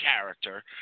character